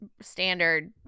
standard